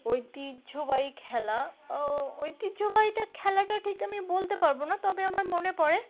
ঐতিহ্যবাহী খেলা ঐতিহ্যবাহীটা খেলাটা ঠিক আমি বলতে পারবো না তবে আমার মনে পড়ে